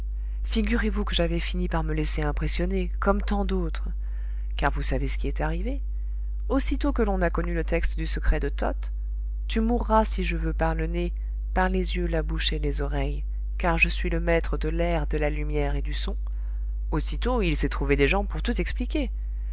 figurez-vous que j'avais fini par me laisser impressionner comme tant d'autres car vous savez ce qui est arrivé aussitôt que l'on a connu le texte du secret de toth tu mourras si je veux par le nez par les yeux la bouche et les oreilles car je suis le maître de l'air de la lumière et du son aussitôt il s'est trouvé des gens pour tout expliquer ah